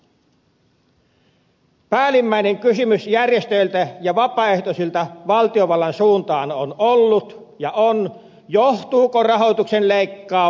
päällimmäinen järjestöjen ja vapaaehtoisten kysymys valtiovallan suuntaan on ollut ja on johtuuko rahoituksen leikkaus vaalirahoitussotkuista